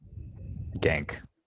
gank